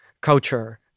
culture